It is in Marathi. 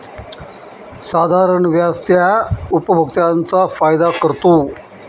साधारण व्याज त्या उपभोक्त्यांचा फायदा करतो